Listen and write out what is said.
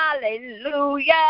hallelujah